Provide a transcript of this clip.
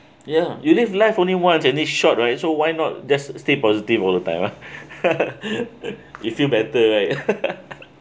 ya you live life only once and it's short right so why not just stay positive all the time lah you feel better right